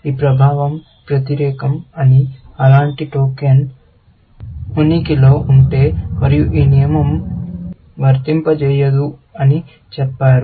ఈ ప్రభావం వ్యతిరేకం అని అలాంటి టోకెన్ ఉనికిలో ఉంటే మరియు ఈ నియమం వర్తింపచేయదు అని చెప్పారు